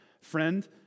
Friend